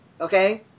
Okay